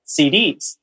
CDs